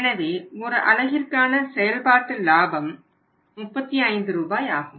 எனது ஒரு அலகிற்கான செயல்பாட்டு லாபம் 35 ரூபாய் ஆகும்